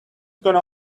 gonna